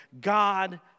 God